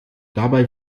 dabei